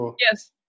Yes